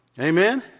Amen